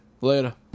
Later